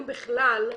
אם בכלל,